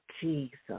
Jesus